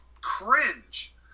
cringe